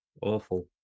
Awful